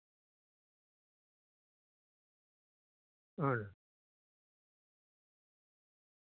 ಹ್ಞೂ ಮಾಡ್ತೀವಿ ನೀವು ಅಡ್ರೆಸ್ ಕೊಟ್ರೆ ನಾವು ಅಲ್ಲಿಗೆ ಡೆಲ್ವರ್ ಮಾಡ್ತೀವಿ ಬಟ್ ಏನೆಂದ್ರೆ ಅದು ಡೆಲ್ವ ಡೆಲ್ವರಿ ಡೆಲಿವರಿ ಚಾರ್ಜ್ ಬೀಳುತ್ತ ನಿಮ್ಗೆ